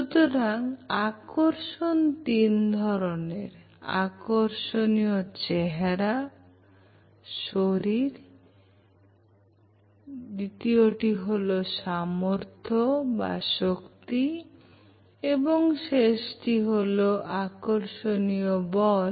সুতরাং আকর্ষণ তিন ধরনের আকর্ষক শরীর চেহারা সামর্থ্য বা শক্তি এবং শেষে আকর্ষণীয় বল